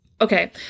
Okay